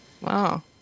Wow